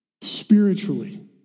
spiritually